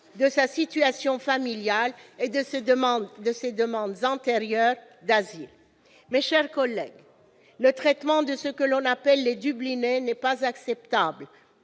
de sa situation familiale et de ses demandes antérieures d'asile. Mes chers collègues, la manière dont sont traités ceux que l'on appelle les « dublinés » n'est pas acceptable.